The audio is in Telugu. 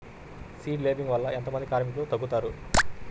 సీడ్ లేంబింగ్ వల్ల ఎంత మంది కార్మికులు తగ్గుతారు?